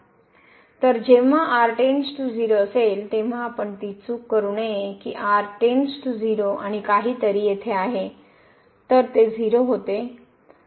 तर जेव्हा r → 0 असेल तेव्हा आपण ती चूक करू नये की r → 0 आणि काहीतरी येथे आहे तर ते 0 होते नाही